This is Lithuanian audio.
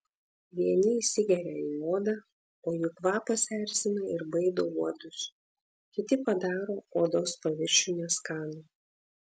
vieni įsigeria į odą o jų kvapas erzina ir baido uodus kiti padaro odos paviršių neskanų